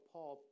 Paul